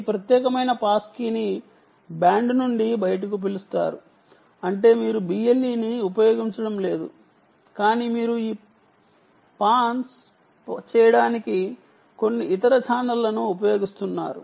ఈ ప్రత్యేకమైన pass key ని బ్యాండ్ బయట ఉన్న దానిని అవుట్ ఆఫ్ బ్యాండ్ అని అంటారు అంటే మీరు BLE ను ఉపయోగించడం లేదు కానీ మీరు ఈ పాస్ పాస్ చేయడానికి కొన్ని ఇతర ఛానెల్లను ఉపయోగిస్తున్నారు